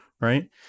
right